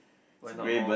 why not more